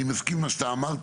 אני מסכים עם מה שאתה אמרת,